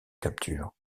capture